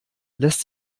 lässt